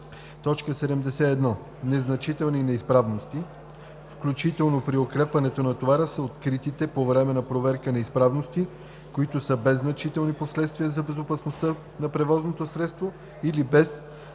и 73: „71. „Значителни неизправности, включително по укрепването на товара“ са откритите по време на проверка неизправности, които са без значителни последствия за безопасността на превозното средство или без